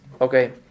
Okay